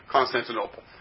Constantinople